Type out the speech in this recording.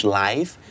life